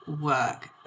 work